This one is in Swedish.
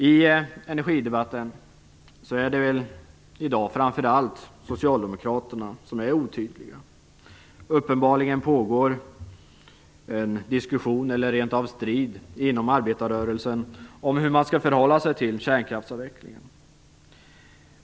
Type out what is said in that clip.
I energidebatten är det i dag väl framför allt Socialdemokraterna som är otydliga. Uppenbarligen pågår en diskussion eller rent av strid inom arbetarrörelsen om hur man skall förhålla sig till kärnkraftsavvecklingen.